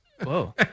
whoa